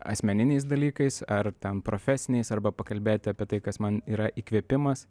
asmeniniais dalykais ar ten profesiniais arba pakalbėti apie tai kas man yra įkvėpimas